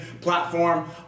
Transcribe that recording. platform